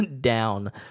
down